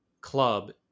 club